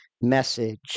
message